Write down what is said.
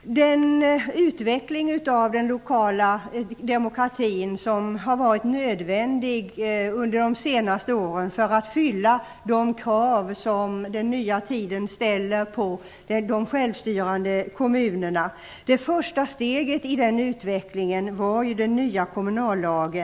En utveckling av den lokala demokratin har varit nödvändig under de senaste åren för att man skall kunna uppfylla de krav som den nya tiden ställer på de självstyrande kommunerna. Det första steget i den utvecklingen var den nya kommunallagen.